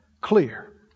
Clear